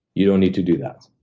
you don't need to do that.